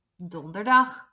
Donderdag